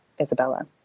Isabella